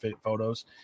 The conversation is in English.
photos